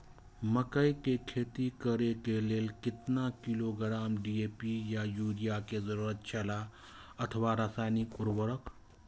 मकैय के खेती करे के लेल केतना किलोग्राम डी.ए.पी या युरिया के जरूरत छला अथवा रसायनिक उर्वरक?